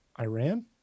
Iran